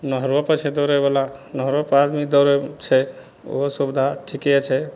नहरोपर छै दौड़ैवला नहरोपर आदमी दौड़ै छै ओहो सुविधा ठिके छै